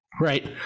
Right